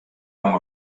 amb